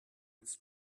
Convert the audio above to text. its